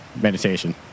meditation